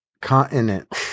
Continent